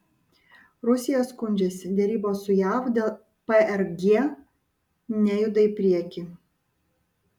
rusija skundžiasi derybos su jav dėl prg nejuda į priekį